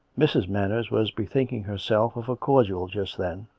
mrs. manners was bethinking herself of a cordial just then,